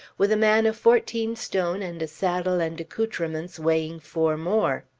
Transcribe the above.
with a man of fourteen stone and a saddle and accoutrements weighing four more.